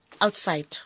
outside